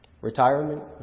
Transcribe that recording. Retirement